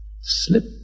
slip